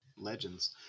Legends